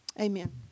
Amen